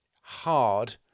hard